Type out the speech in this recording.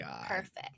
perfect